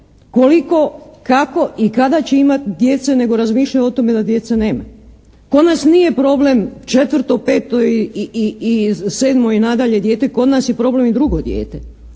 koliko, kako i kada će imati djece nego razmišljaju o tome da djeca nemaju. Kod nas nije problem 4., 5. i 7. i nadalje dijete. Kod nas je problem i 2. dijete.